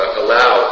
allow